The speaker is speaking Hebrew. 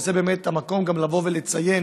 וזה באמת המקום לבוא ולציין